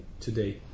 today